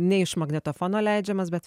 ne iš magnetofono leidžiamas bet